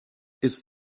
ist